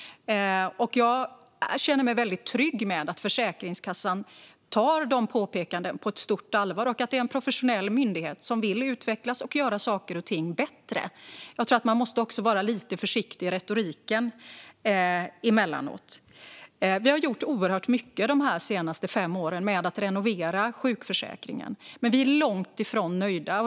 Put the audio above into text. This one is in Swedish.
Jag känner mig mycket trygg med att Försäkringskassan tar påpekandena på stort allvar och att det är en professionell myndighet som vill utvecklas och göra saker och ting bättre. Jag tror också att man behöver vara lite försiktig i retoriken emellanåt. Vi har gjort oerhört mycket de senaste fem åren för att renovera sjukförsäkringen, men vi är långt ifrån nöjda.